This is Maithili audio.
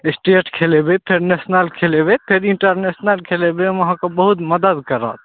स्टेट खेलेबय फेर नेशनल खेलेबय फेर इन्टरनेशनल खेलेबय ओइमे अहाँके बहुत मदति करत